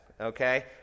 okay